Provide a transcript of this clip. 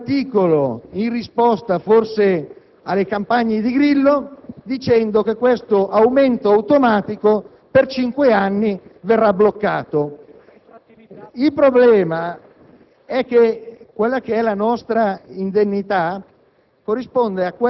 È vero che questo è previsto in sede di finanziaria ma la finanziaria lo sospende per cinque anni mentre la mia richiesta è di intervenire in senso definitivo rispetto a quello che è il tema delle indennità dei parlamentari.